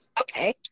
Okay